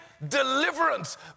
Deliverance